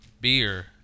beer